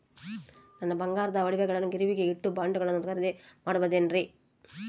ನನ್ನ ಬಂಗಾರದ ಒಡವೆಗಳನ್ನ ಗಿರಿವಿಗೆ ಇಟ್ಟು ಬಾಂಡುಗಳನ್ನ ಖರೇದಿ ಮಾಡಬಹುದೇನ್ರಿ?